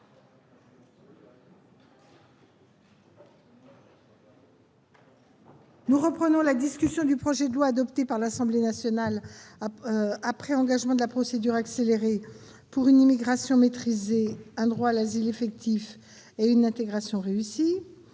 et le soir : Suite du projet de loi, adopté par l'Assemblée nationale après engagement de la procédure accélérée, pour une immigration maîtrisée, un droit d'asile effectif et une intégration réussie